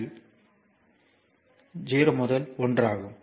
எனவே 0 முதல் 1